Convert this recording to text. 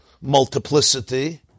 multiplicity